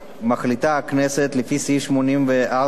לפי סעיף 84(ב) לתקנון הכנסת,